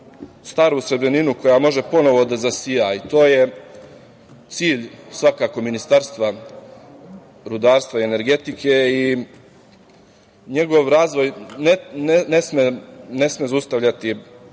staru srebrninu koja može ponovo da zasija i to je cilj svakako Ministarstva rudarstva i energetike i njegov razvoj ne sme zaustavljati